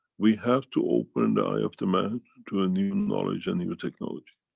we have to open the eye of the man, to a new knowledge and new technology.